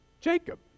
Jacob